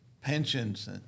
pensions